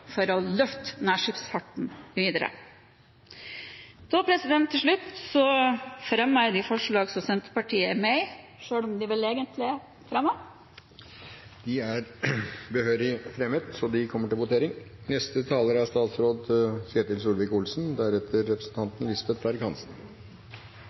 for å løfte nærskipsfarten videre. Til slutt fremmer jeg forslaget som Senterpartiet er med på – selv om det egentlig er fremmet. Det er behørig fremmet, så det blir det votert over. Skipsfarten er